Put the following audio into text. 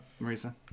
Marisa